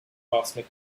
cosmic